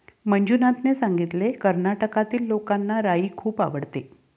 मंजुनाथने सांगितले, कर्नाटकातील लोकांना राई खूप आवडते